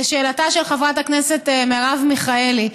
לשאלתה של חברת הכנסת מרב מיכאלי,